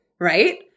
right